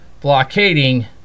blockading